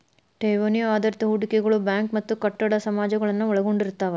ಠೇವಣಿ ಆಧಾರಿತ ಹೂಡಿಕೆಗಳು ಬ್ಯಾಂಕ್ ಮತ್ತ ಕಟ್ಟಡ ಸಮಾಜಗಳನ್ನ ಒಳಗೊಂಡಿರ್ತವ